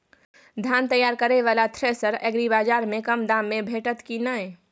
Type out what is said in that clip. धान तैयार करय वाला थ्रेसर एग्रीबाजार में कम दाम में भेटत की नय?